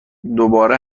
دوباره